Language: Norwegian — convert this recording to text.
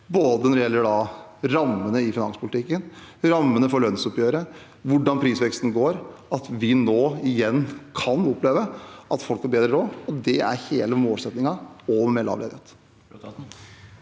sted når det gjelder både rammene i finanspolitikken, rammene for lønnsoppgjøret og hvordan prisveksten går, og at vi igjen kan oppleve at folk får bedre råd – det er hele målsettingen – og ha lav ledighet.